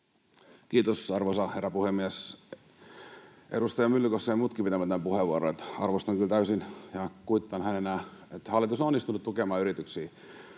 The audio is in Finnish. Kiitos, arvoisa herra puhemies! Edustaja Myllykosken ja muittenkin pitämiä puheenvuoroja arvostan kyllä täysin. Ja kuittaan hänelle, että hallitus on onnistunut tukemaan yrityksiä.